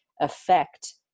affect